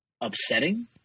upsetting